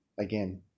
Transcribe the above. Again